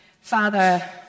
Father